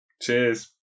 cheers